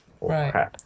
Right